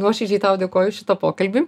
nuoširdžiai tau dėkoju už šitą pokalbį